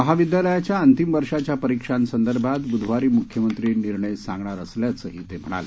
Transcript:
महाविद्यालयाच्या अंतिम वर्षाच्या परीक्षांसंदर्भात ब्धवारी म्ख्यमंत्री निर्णय सांगणार असल्याचं ते म्हणाले